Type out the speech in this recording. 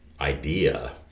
idea